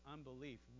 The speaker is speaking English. Unbelief